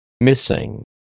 Missing